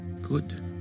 Good